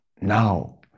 now